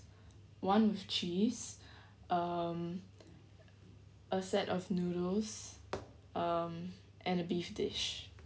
one cheese um a set of noodles um and a beef dish